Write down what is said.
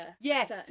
Yes